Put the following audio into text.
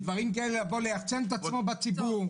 מדברים כאלה לבוא ולייצג את עצמו בציבור,